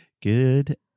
Good